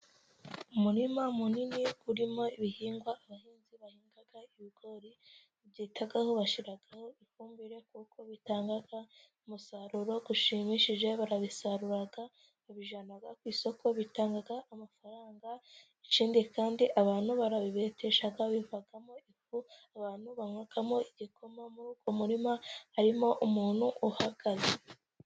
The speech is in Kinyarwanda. Umurima munini urimo ibihingwa，abahinzi bahinga ibigori， babyitaho， bashyiraho ifumbire， kuko bitanga umusaruro ushimishije，barabisarura，babijyana ku isoko，bitanga amafaranga， ikindi kandi abantu barabibetesha，bivamo ifu abantu banywamo igikoma. Muri uwo murima harimo umuntu uhagaze.